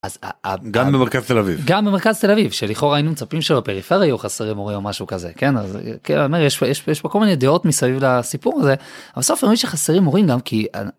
אז גם במרכז תל אביב, גם במרכז תל אביב שלכאורה היינו מצפים שבפריפריה יהיו חסרים מורים או משהו כזה כן אז כן יש פה יש פה כל מיני דעות מסביב לסיפור הזה בסוף אתה מבין שחסרים מורים גם כי.